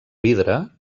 vidre